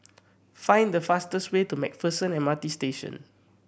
find the fastest way to Macpherson M R T Station